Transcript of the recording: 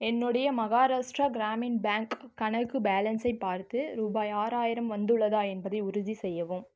என்னுடைய மஹாராஷ்ட்ரா கிராமின் பேங்க் கணக்கு பேலன்ஸை பார்த்து ரூபாய் ஆறாயிரம் வந்துள்ளதா என்பதை உறுதி செய்யவும்